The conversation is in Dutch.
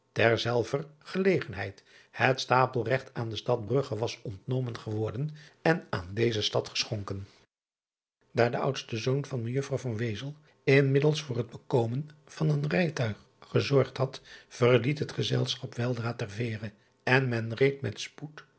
ter zelfder gelegenheid het stapelregt aan de stad rugge was ontnomen geworden en aan deze stad geschonken aar de oudste zoon van ejuffrouw inmiddels voor het bekomen van een rijtuig gezorgd had verliet het gezelschap weldra ter eere en men reed met spoed